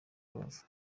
rubavu